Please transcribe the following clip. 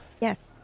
Yes